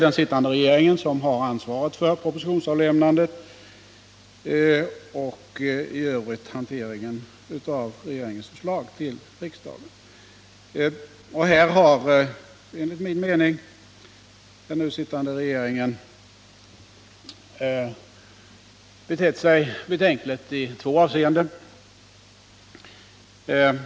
Den sittande regeringen har ansvaret för propositionsavlämnandet och i övrigt för hanteringen av regeringens förslag till riksdagen. Här har, enligt min mening, den nu sittande regeringen i två avseenden betett sig betänkligt.